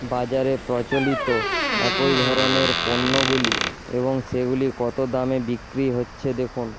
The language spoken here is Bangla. বাজারে প্রচলিত একই ধরনের পণ্যগুলি এবং সেগুলি কত দামে বিক্রি হচ্ছে দেখুন